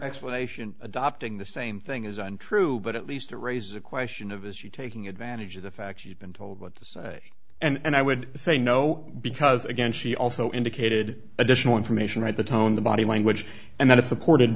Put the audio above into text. explanation adopting the same thing isn't true but at least it raises a question of is she taking advantage of the fact she's been told what to say and i would say no because again she also indicated additional information right the tone the body language and that is supported